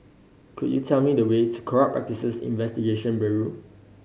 could you tell me the way to Corrupt Practices Investigation Bureau